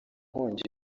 nkongi